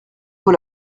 vaut